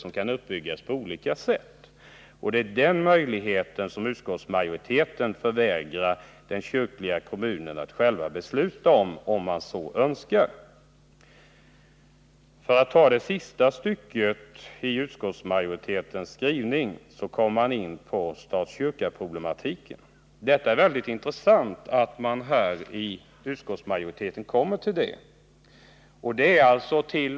Detta kan sedan utformas på olika sätt. Det är möjligheten att fatta beslut om ett partistöd som utskottsmajoriteten vill förvägra kyrkofullmäktige. I sista stycket i sitt betänkande kommer utskottsmajoriteten på stat-kyrkaproblematiken. Det är mycket intressant att utskottsmajoriteten tar upp den saken.